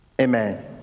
Amen